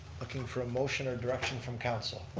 looking for a motion or direction from council.